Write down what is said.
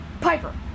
Piper